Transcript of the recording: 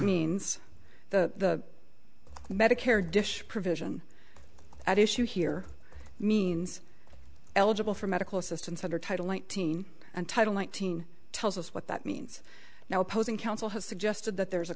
means the medicare dish provision at issue here means eligible for medical assistance under title nineteen and title nineteen tells us what that means now opposing counsel has suggested that there is a